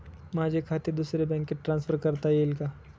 माझे खाते दुसऱ्या बँकेत ट्रान्सफर करता येईल का?